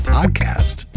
Podcast